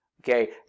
Okay